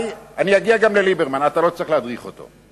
אני אגיע גם לליברמן, אתה לא צריך להדריך אותו.